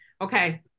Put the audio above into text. okay